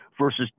Versus